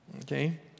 Okay